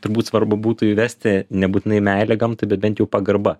turbūt svarbu būtų įvesti nebūtinai meilė gamtai bet bent jau pagarba